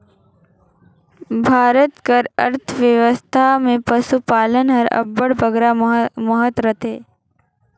भारत कर अर्थबेवस्था में पसुपालन हर अब्बड़ बगरा महत रखथे